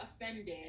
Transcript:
offended